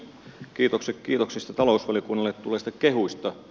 kiitokset kiitoksista talousvaliokunnalle tulleista kehuista